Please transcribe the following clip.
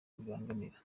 bibangamira